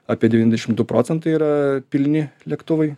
apie devyniasdešim du procentai yra pilni lėktuvai